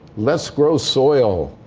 let's grow soil.